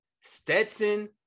Stetson